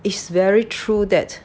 is very true that